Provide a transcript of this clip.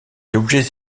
objets